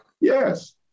Yes